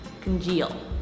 congeal